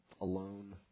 alone